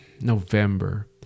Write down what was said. November